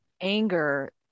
anger